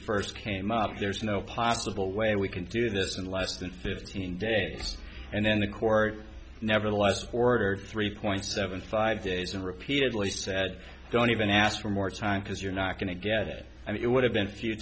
first came up there's no possible way we can do this in less than fifteen days and then the court nevertheless ordered three point seven five days and repeatedly said don't even ask for more time because you're not going to get it i mean it would have been f